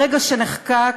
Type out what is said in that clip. ברגע שנחקק,